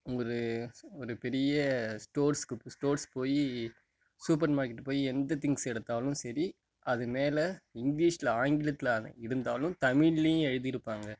ஒரு ஒரு பெரிய ஸ்டோர்ஸ்க்கு ஸ்டோர்ஸ்க்கு போய் சூப்பர் மார்கெட்டு போய் எந்த திங்க்ஸ் எடுத்தாலும் சரி அது மேலே இங்கிலீஷ்சில் ஆங்கிலத்தில் அது இருந்தாலும் தமிழ்லேயும் எழுதியிருப்பாங்க